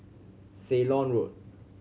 Ceylon Road